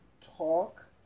talk